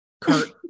Kurt